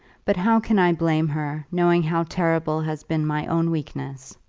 but how can i blame her, knowing how terrible has been my own weakness!